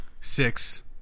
Six